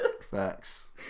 Facts